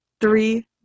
Three